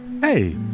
Hey